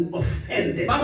offended